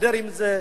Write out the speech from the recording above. תסתדר עם זה.